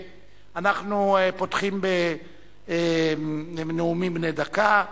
אנחנו פותחים בנאומים בני דקה.